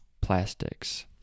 Plastics